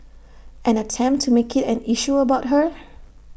and attempt to make IT an issue about her